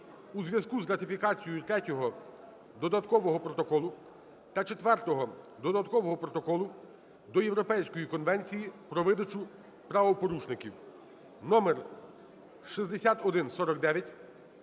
у зв'язку з ратифікацією Третього додаткового протоколу та Четвертого додаткового протоколу до Європейської конвенції про видачу правопорушників (№6149),